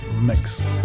mix